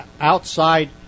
outside